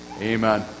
Amen